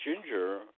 Ginger